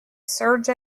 serge